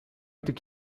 going